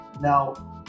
Now